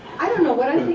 i don't want